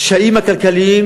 הקשיים הכלכליים,